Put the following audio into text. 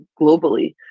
globally